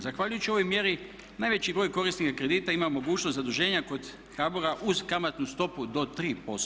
Zahvaljujući ovoj mjeri najveći broj korisnika kredita ima mogućnost zaduženja kod HBOR-a uz kamatnu stopu do 3%